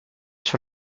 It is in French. sur